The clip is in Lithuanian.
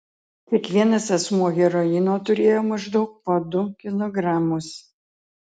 kiekvienas asmuo heroino turėjo maždaug po du kilogramus